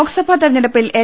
ലോക്സഭാ തെരഞ്ഞെടുപ്പിൽ എൽ